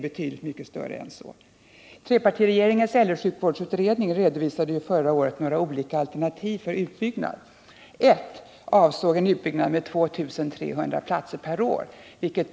Antalet platser i långtidssjukvården borde enligt denna överenskommelse ”byggas ut i den takt som anges i gällande flerårsplaner”.